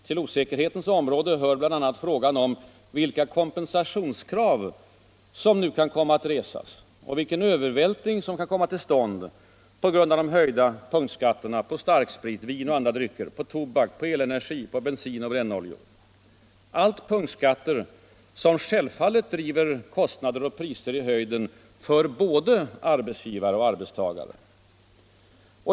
Till osäkerhetens område hör bl.a. frågan om vilka kompensationskrav som kan komma att resas och vilken övervältring som kan komma till stånd på grund av höjda punktskatter på starksprit, vin och andra drycker, på tobak, på elenergi, på bensin och brännoljor — allt punktskatter som självfallet är ägnade att driva kostnader och priser i höjden för både arbetsgivare och arbetstagare.